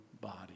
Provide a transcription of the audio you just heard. body